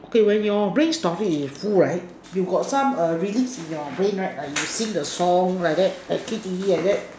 okay when your brain storage is full right you got some err release in your brain right like you sing the song like that like click click click like that